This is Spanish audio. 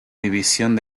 división